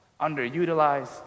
underutilized